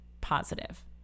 positive